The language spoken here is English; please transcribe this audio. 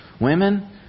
Women